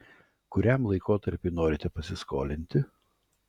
kuriam laikotarpiui norite pasiskolinti